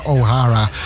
O'Hara